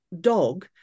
dog